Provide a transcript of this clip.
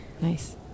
Nice